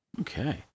Okay